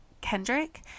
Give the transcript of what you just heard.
Kendrick